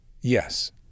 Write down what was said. Yes